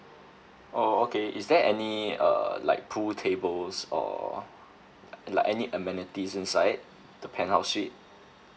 oh okay is there any uh like pool tables or like any amenities inside the penthouse suite